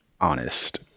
honest